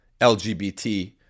LGBT